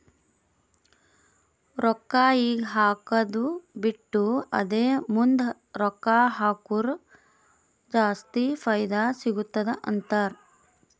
ರೊಕ್ಕಾ ಈಗ ಹಾಕ್ಕದು ಬಿಟ್ಟು ಅದೇ ಮುಂದ್ ರೊಕ್ಕಾ ಹಕುರ್ ಜಾಸ್ತಿ ಫೈದಾ ಸಿಗತ್ತುದ ಅಂತಾರ್